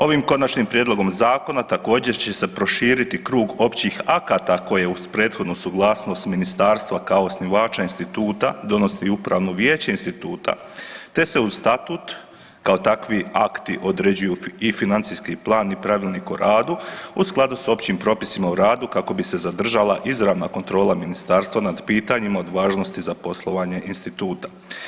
Ovim konačnim prijedlogom zakona također će se proširiti krug općih akata koje uz prethodnu suglasnost ministarstva kao osnivača instituta donosi upravno vijeće instituta te se uz statut kao takvi akti određuju i financijski plan i pravilnik o radu u skladu s općim propisima o radu kako bi se zadržala izravna kontrola ministarstva nad pitanjima od važnosti za poslovanje instituta.